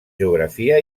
geografia